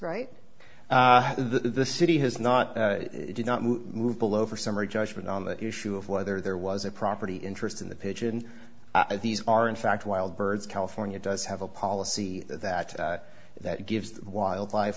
right the city has not did not move below for summary judgment on the issue of whether there was a property interest in the pigeon i these are in fact wild birds california does have a policy that that gives wildlife